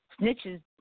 Snitches